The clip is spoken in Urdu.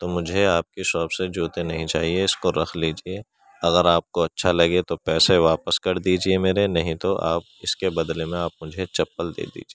تو مجھے آپ کی شاپ سے جوتے نہیں چاہیے اس کو رخ لیجیے اگر آپ کو اچھا لگے تو پیسے واپس کر دیجیے میرے نہیں تو آپ اس کے بدلے میں آپ مجھے چپل دے دیجیے